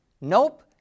Nope